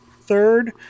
third